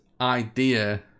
idea